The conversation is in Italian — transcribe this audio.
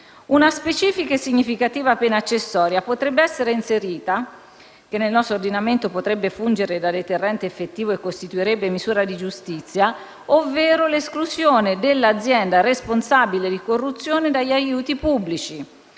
Una specifica e significativa pena accessoria potrebbe essere inserita, e nel nostro ordinamento potrebbe fungere da deterrente effettivo e costituirebbe misura di giustizia, ovvero l'esclusione dell'azienda responsabile di corruzione dagli aiuti pubblici,